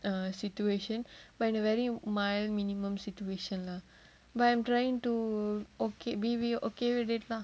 err situation in a very mild minimum situation lah but I am trying to okay~ be wi~ okay with it lah